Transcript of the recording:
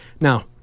Now